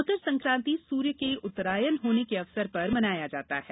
मकर संक्रांति सूर्य के उत्तरायण होने के अवसर पर मनाया जाता है